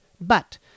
But